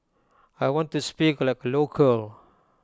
I want to speak like A local